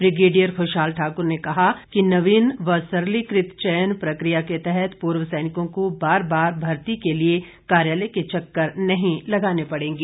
brigadier Khushhal Thakur ने कहा कि नवीन व सरलीकृत चयन प्रक्रिया के तहत पूर्व सैनिकों को बार बार भर्ती के लिए कार्यालय के चक्कर नहीं लगाने पड़ेंगे